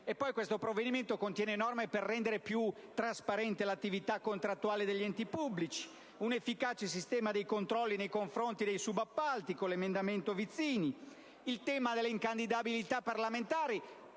questo provvedimento contiene norme per rendere più trasparente l'attività contrattuale degli enti pubblici, un efficace sistema di controlli nei confronti dei subappalti (con l'emendamento Vizzini) e il tema dell'incandidabilità parlamentare,